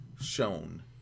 Shown